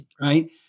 right